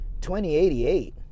2088